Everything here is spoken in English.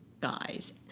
guys